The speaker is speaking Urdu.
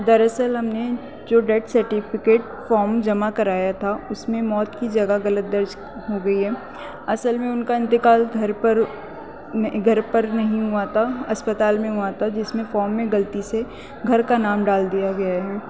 دراصل ہم نے جو ڈیٹ سرٹیفکیٹ فام جمع کرایا تھا اس میں موت کی جگہ غلط درج ہو گئی ہے اصل میں ان کا انتقال گھر پر گھر پر نہیں ہوا تھا اسپتال میں ہوا تھا جس میں فام میں غلطی سے گھر کا نام ڈال دیا گیا ہے